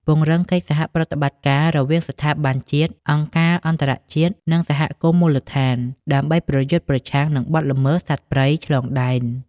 ពង្រឹងកិច្ចសហប្រតិបត្តិការ រវាងស្ថាប័នជាតិ អង្គការអន្តរជាតិ និងសហគមន៍មូលដ្ឋាន ដើម្បីប្រយុទ្ធប្រឆាំងនឹងបទល្មើសសត្វព្រៃឆ្លងដែន។